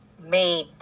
made